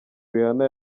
rihanna